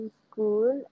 school